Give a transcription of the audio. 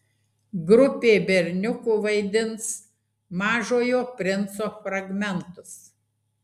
grupė berniukų vaidins mažojo princo fragmentus